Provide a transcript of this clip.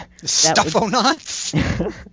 Stuffonauts